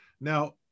Now